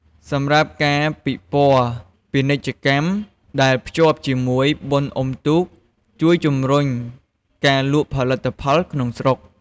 សម្រាប់ការពិព័រណ៍ពាណិជ្ជកម្មដែលភ្ជាប់ជាមួយបុណ្យអុំទូក ជួយជំរុញការលក់ផលិតផលក្នុងស្រុក។